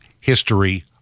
history